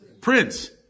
Prince